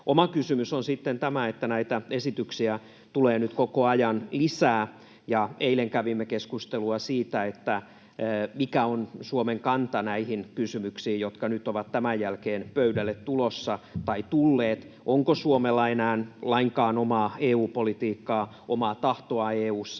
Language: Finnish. Oma kysymyksensä on sitten tämä, että näitä esityksiä tulee nyt koko ajan lisää, ja eilen kävimme keskustelua siitä, mikä on Suomen kanta näihin kysymyksiin, jotka nyt ovat tämän jälkeen pöydälle tulossa tai tulleet. Onko Suomella enää lainkaan omaa EU-politiikkaa, omaa tahtoa EU:ssa?